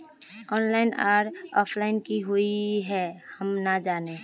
Online आर offline की हुई है हम ना जाने?